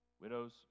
widows